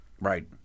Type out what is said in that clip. right